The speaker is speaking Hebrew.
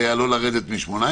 היתה לא לרדת מ-18,